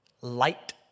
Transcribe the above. light